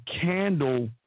candle